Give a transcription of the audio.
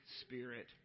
Spirit